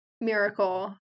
miracle